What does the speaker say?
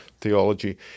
theology